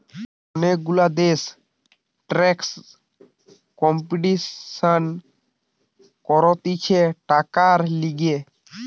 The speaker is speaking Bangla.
অনেক গুলা দেশ ট্যাক্সের কম্পিটিশান করতিছে টাকার লিগে